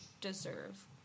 deserve